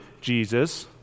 Jesus